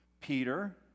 Peter